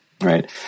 Right